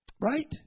Right